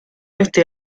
este